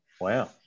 Wow